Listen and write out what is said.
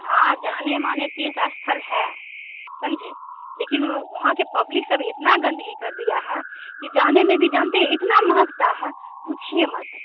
हाँ जाने माने तीर्थस्थल है समझे लेकिन वो वहाँ के पब्लिक सब इतना गंदगी कर दिया है कि जाने में भी जानते जाने में भी इतना महकता है पूछिए मत